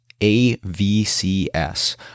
AVCS